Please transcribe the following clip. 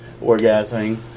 orgasming